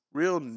real